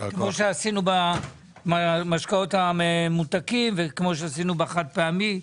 כמו שעשינו במשקאות הממותקים וכמו שעשינו בחד-פעמי.